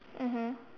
mmhmm